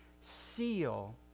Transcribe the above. seal